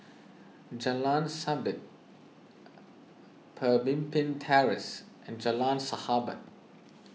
Jalan Sabit Pemimpin Terrace and Jalan Sahabat